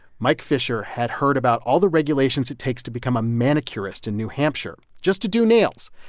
mike fisher had heard about all the regulations it takes to become a manicurist in new hampshire just to do nails.